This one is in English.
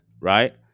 right